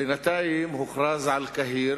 בינתיים הוכרז על קהיר